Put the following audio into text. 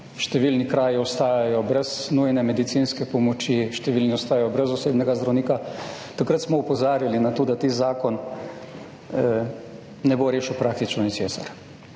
(nadaljevanje) ostajajo brez nujne medicinske pomoči, številni ostajajo brez osebnega zdravnika. Takrat smo opozarjali na to, da ti zakon ne bo rešil praktično ničesar.